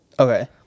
Okay